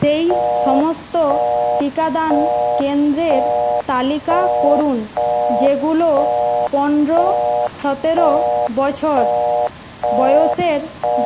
সেই সমস্ত টিকাদান কেন্দ্রের তালিকা করুন যেগুলো পনেরো সতেরো বছর বয়সের